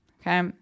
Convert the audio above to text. okay